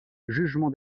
jugement